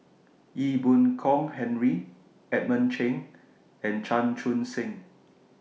Ee Boon Kong Henry Edmund Cheng and Chan Chun Sing